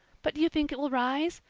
but do you think it will rise?